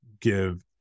give